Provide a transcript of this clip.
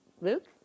Luke